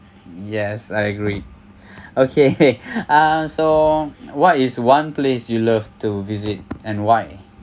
yes I agreed okay uh so what is one place you love to visit and why